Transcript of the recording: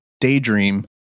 daydream